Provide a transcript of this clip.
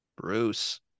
Bruce